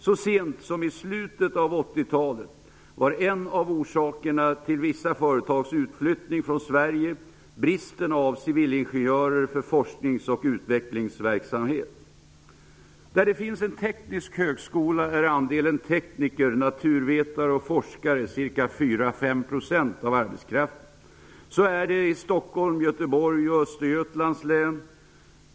Så sent som i slutet av 80 talet var en av orsakerna till vissa företags utflyttning från Sverige bristen på civilingenjörer för forsknings och utvecklingsverksamhet. Där det finns en teknisk högskola är andelen tekniker, naturvetare och forskare ca 4--5 % av arbetskraften. Så är det i Stockholm, Göteborg och Östergötlands län.